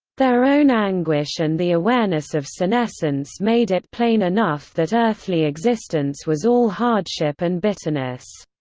their own anguish and the awareness of senescence made it plain enough that earthly existence was all hardship and bitterness.